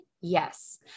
Yes